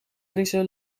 frisse